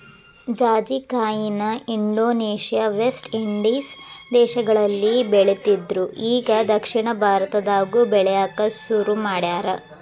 ಜಾಜಿಕಾಯಿನ Indonesia, West Indies ದೇಶಗಳಲ್ಲಿ ಬೆಳಿತ್ತಿದ್ರು ಇಗಾ ದಕ್ಷಿಣ ಭಾರತದಾಗು ಬೆಳ್ಯಾಕ ಸುರು ಮಾಡ್ಯಾರ